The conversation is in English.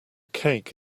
cake